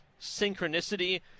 synchronicity